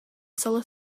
solar